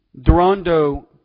Durando